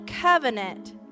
covenant